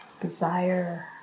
desire